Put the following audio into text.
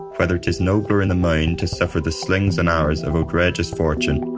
whether tis nobler in the mind to suffer the slings and arrows of outrageous fortune,